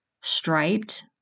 striped